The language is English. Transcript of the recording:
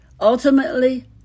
Ultimately